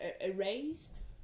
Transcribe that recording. erased